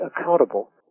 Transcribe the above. accountable